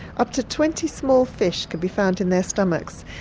up to twenty small fish can be found in their stomachs,